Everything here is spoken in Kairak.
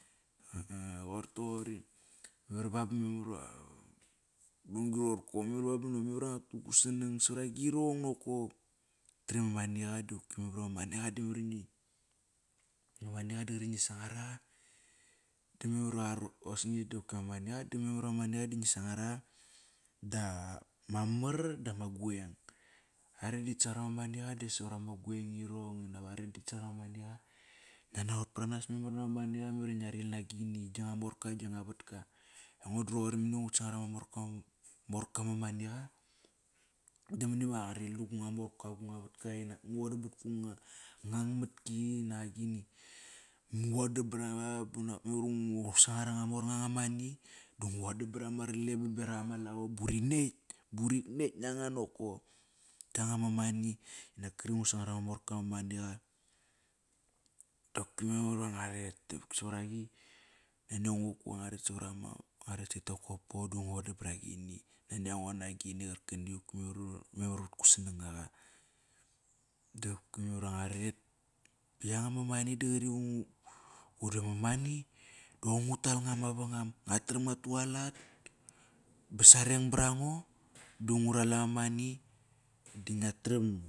qoir toqori, memar ba, ba memar iva roqonqri roqorko, memar iva ba nop memar iva nga tugu sanang savra girong nokop. Tram iama maniqi di di memar iva ngi, ma maniqa di qri va ngi sanaraqa da mamar da ma gueng Are di rit sangar ama maniqa di savarame gueng irong dap are di rit sangar ama maniqa, tanaqot pranas memar nama maniqa, memar nga ril nagini. Gi nga morka ginga vatka. Aingo di roqori money va ngut sangar ama morka ma maniqa, di money va ngu ril na gunga morka gunga vatka, inak ngu vodambat kunga ngangmatki naq agini. memar iva ngu sangar anga mornga nga money, da ngu vodam brama rle baberak ama lavo burik netk, burik netk nanga nokop. Yanga ma money. Nak kri va ngu sangar ama morka ma maniqa, dopki memar iva nga ret savaraqi. Memar ive ngua ret set e Kokopo da ngu vodabragini naniango nagini qarkani qopki memar iva memar vat ku sanangaqa. Dopki memar iva nga ret. Ma money, di qoi ngu tal nga mavangam. Nga taram nga tualat, basareng brango da ngu ral ama money. Di nga taram.